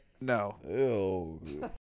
No